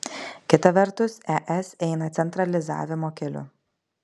kita vertus es eina centralizavimo keliu